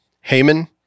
Haman